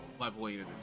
leveling